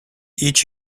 idź